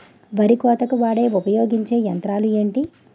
వరి కోతకు వాడే ఉపయోగించే యంత్రాలు ఏంటి?